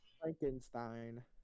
Frankenstein